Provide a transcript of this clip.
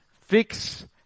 fix